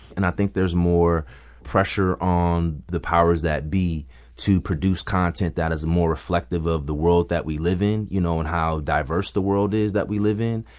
and i think there's more pressure on the powers that be to produce content that is more reflective of the world that we live in, you know, and how diverse the world is that we live in.